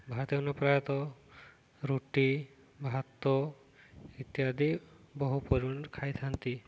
ଭାରତୀୟମାନେ ପ୍ରାୟତଃ ରୁଟି ଭାତ ଇତ୍ୟାଦି ବହୁ ପରିମାଣର ଖାଇଥାନ୍ତି